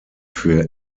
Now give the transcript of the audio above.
für